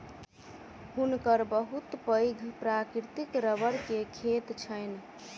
हुनकर बहुत पैघ प्राकृतिक रबड़ के खेत छैन